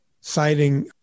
Citing